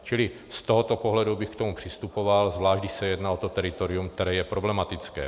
Čili z tohoto pohledu bych k tomu přistupoval, zvlášť když se jedná o to teritorium, které je problematické.